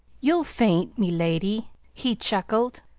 you'll faint, me lady, he chuckled.